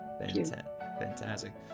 fantastic